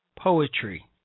poetry